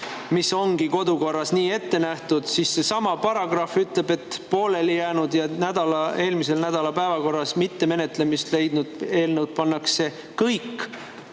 nagu ongi kodukorras ette nähtud. Aga seesama paragrahv ütleb, et pooleli jäänud ja eelmise nädala päevakorras mitte menetlemist leidnud eelnõud pannakse kõik